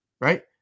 right